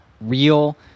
real